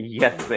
Yes